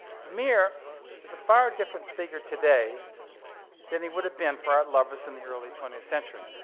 vermeer is a far different figure today than he would have been for art lovers in the early twentieth century.